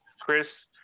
chris